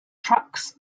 trucks